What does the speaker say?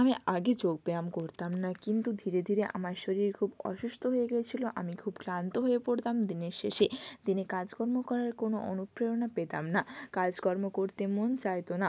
আমি আগে যোগ ব্যায়াম করতাম না কিন্তু ধীরে ধীরে আমার শরীর খুব অসুস্থ হয়ে গিয়েছিলো আমি খুব ক্লান্ত হয়ে পড়তাম দিনের শেষে দিনে কাজকর্ম করার কোনো অনুপ্রেরণা পেতাম না কাজকর্ম করতে মন চাইতো না